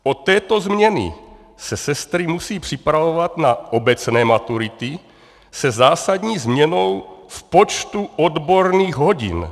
Od této změny se sestry musí připravovat na obecné maturity se zásadní změnou v počtu odborných hodin.